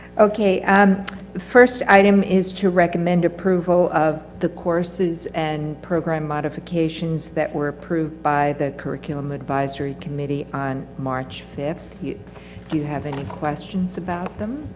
okay and first item is to recommend approval of the courses and program modifications that were approved by the curriculum advisory committee on march fifth. do you, do you have any questions about them?